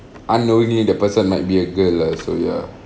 unknowingly the person might be a girl lah so ya